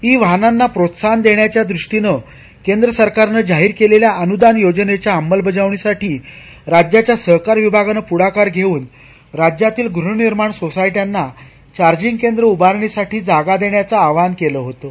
इ वाहनांना प्रोत्साहन देण्याच्या दृष्टीनं केंद्र सरकारनं जाहीर केलेल्या अनुदान योजनेच्या अंमलबजावणीसाठी राज्याच्या सहकार विभागानं पुढाकार घेऊन राज्यातील गृहनिर्माण सोसायट्यानां चार्जिंग केंद्र उभारणीसाठी जागा देण्याचं आवाहन केलं होतं